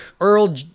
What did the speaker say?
Earl